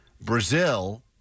Brazil